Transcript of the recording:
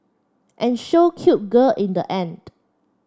and show cute girl in the end